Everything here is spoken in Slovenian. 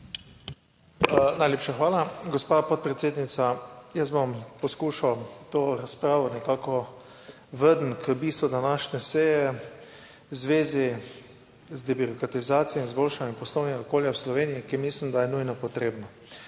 Najlepša hvala, gospa podpredsednica. Jaz bom poskušal to razpravo nekako vrniti k bistvu današnje seje v zvezi z debirokratizacijo in izboljšanjem poslovnega okolja v Sloveniji, ki mislim, da je nujno potrebno.